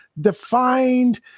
defined